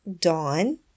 Dawn